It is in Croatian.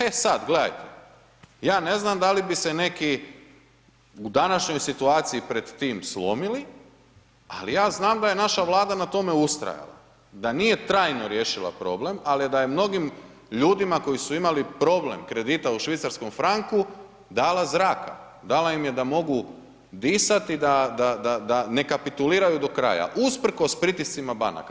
E sad, gledajte, ja ne znam da li bi se neki u današnjoj situaciji pred tim slomili ali ja znam da je naša Vlada na tome ustrajala, da nije trajno riješila problem ali da je mnogim ljudima koji su imali problem kredita u švicarskom franku dala zraka, dala im je da mogu disati i da ne kapituliraju do kraja, usprkos pritiscima banaka.